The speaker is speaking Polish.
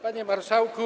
Panie Marszałku!